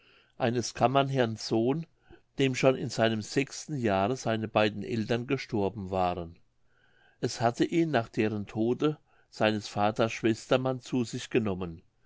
eines kammerherrn sohn dem schon in seinem sechsten jahre seine beiden eltern gestorben waren es hatte ihn nach deren tode seines vaters schwester mann zu sich genommen